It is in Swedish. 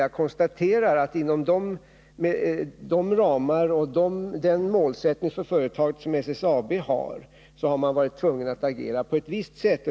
Jag konstaterar att inom de ramar och med den målsättning som SSAB har, tvingas man agera på ett visst sätt.